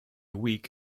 week